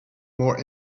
more